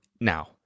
now